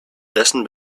dessen